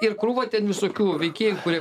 ir krūvą ten visokių veikėjų kurie